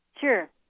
Sure